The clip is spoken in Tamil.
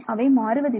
அவை மாறுவதில்லை